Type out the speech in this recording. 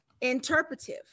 interpretive